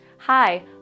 Hi